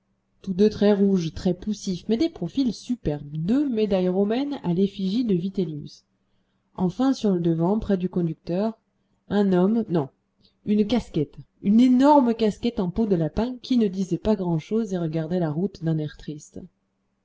tous deux très rouges très poussifs mais des profils superbes deux médailles romaines à l'effigie de vitellius enfin sur le devant près du conducteur un homme non une casquette une énorme casquette en peau de lapin qui ne disait pas grand'chose et regardait la route d'un air triste